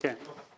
כן.